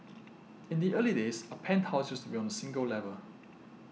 in the early days a penthouse used to be on a single level